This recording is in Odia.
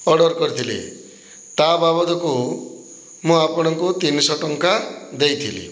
ଅର୍ଡ଼ର କରିଥିଲି ତା ବାବଦକୁ ମୁଁ ଆପଣଙ୍କୁ ତିନିଶହ ଟଙ୍କା ଦେଇଥିଲି